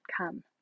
come